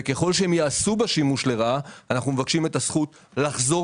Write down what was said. ככל שהם יעשו בה שימוש לרעה אנחנו מבקשים את הזכות לחזור